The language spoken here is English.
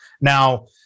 Now